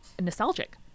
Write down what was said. nostalgic